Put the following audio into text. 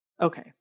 okay